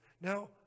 Now